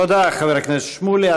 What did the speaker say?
תודה לחבר הכנסת שמולי.